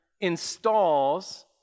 installs